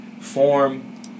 form